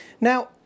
Now